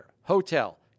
hotel